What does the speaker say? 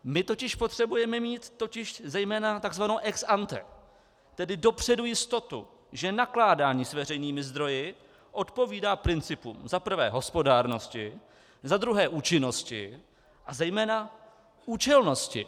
My totiž potřebujeme mít zejména takzvanou ex ante tedy dopředu jistotu, že nakládání s veřejnými zdroji odpovídá principu za prvé hospodárnosti, za druhé účinnosti a zejména účelnosti.